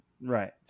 right